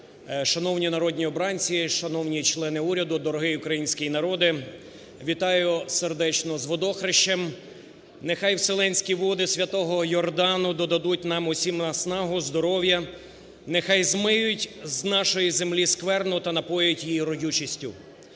шановні народні обранці, шановні члени уряду, дорогий український народе! Вітаю сердечно з Водохрещем! Нехай Вселенські води святого Йордану додадуть всім нам наснагу, здоров'я, нехай змиються з нашої землі скверну та напоять її родючістю.